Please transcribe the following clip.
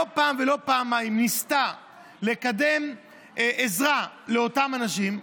פעם ולא פעמיים ניסתה לקדם עזרה לאותם אנשים,